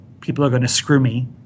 people-are-going-to-screw-me